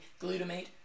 glutamate